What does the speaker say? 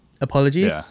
Apologies